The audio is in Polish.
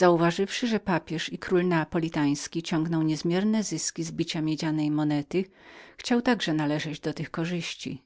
lewi uważając że papież i król neapolitański ciągnęli niezmierne zyski z bicia miedzianej monety chciał także należeć do tych korzyści